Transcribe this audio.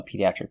pediatric